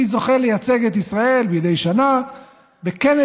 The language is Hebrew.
אני זוכה לייצג את ישראל מדי שנה בכנס